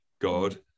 God